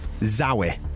Zowie